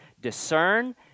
Discern